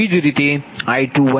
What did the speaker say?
તેથીV4f0